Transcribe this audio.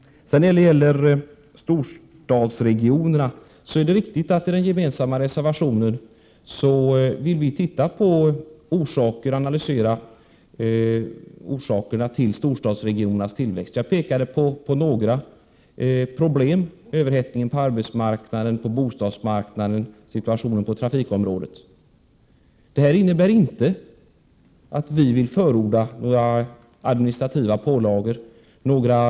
Det är riktigt att vi i den gemensamma reservationen framfört att vi vill analysera orsakerna till storstadsregionernas tillväxt. Jag pekade i mitt anförande på några problem: överhettningen på arbetsmarknaden, överhettningen på bostadsmarknaden och situationen på trafikområdet. Det innebär inte att vi förordar administrativa pålagor eller skattepålagor. Prot.